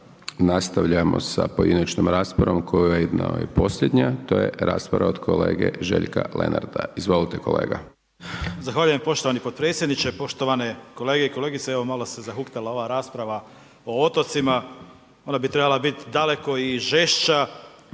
Nastavljamo sa pojedinačnom raspravom, koja je ujedno i posljednja. To je rasprava od kolege Željka Lenarta. **Lenart, Željko (HSS)** Zahvaljujem poštovani potpredsjedniče, poštovane kolege i kolegice. Evo malo se zahuktala ova rasprava otocima. Ona bi trebala biti daleko i žešća.